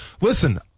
Listen